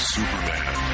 Superman